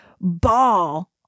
ball